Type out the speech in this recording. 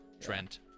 Trent